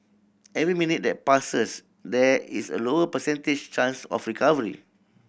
every minute that passes there is a lower percentage chance of recovery